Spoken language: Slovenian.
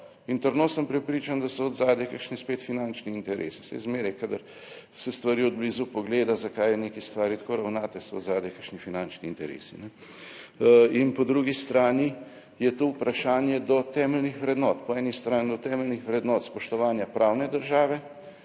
in trdno sem prepričan, da so od zadaj kakšni spet finančni interesi, saj zmeraj kadar se stvari od blizu pogleda, zakaj v neki stvari tako ravnate, so od zadaj kakšni finančni interesi. In po drugi strani je to vprašanje do temeljnih vrednot. Po eni strani do temeljnih vrednot spoštovanja pravne države,